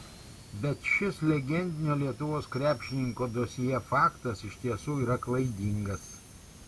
bet šis legendinio lietuvos krepšininko dosjė faktas iš tiesų yra klaidingas